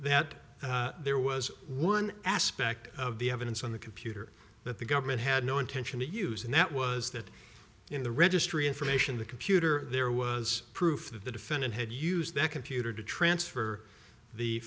that there was one aspect of the evidence on the computer that the government had no intention to use and that was that in the registry information the computer there was proof that the defendant had used that computer to transfer the